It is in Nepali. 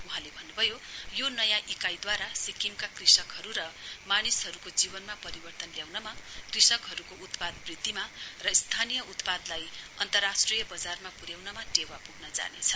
वहाँले भन्नुभयो यो नयाँ इकाइदवारा सिक्किमका कृषकहरू र मानिसहरूको जीवनमा परिवर्तन ल्याउनमा कृषकहरूको उत्पाद वृद्धिमा र स्थानीय उत्पादलाई अन्तराष्ट्रिय बजारमा प्र्याउनमा टेवा प्ग्न जानेछ